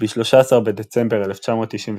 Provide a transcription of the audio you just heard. ב-13 בדצמבר 1992,